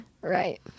Right